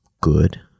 good